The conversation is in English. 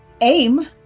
aim